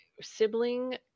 sibling